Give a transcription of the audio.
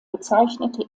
bezeichnete